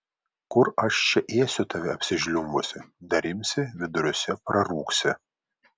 kur aš čia ėsiu tave apsižliumbusį dar imsi viduriuose prarūgsi